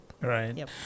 Right